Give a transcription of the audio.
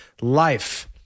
life